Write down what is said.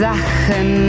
Sachen